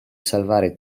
salvare